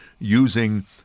using